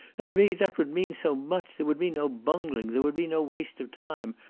and to me that would mean so much. there would be no bungling. there would be no waste of time.